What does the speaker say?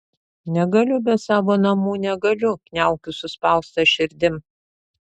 negaliu be savo namų negaliu kniaukiu suspausta širdim